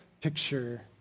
picture